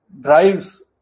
Drives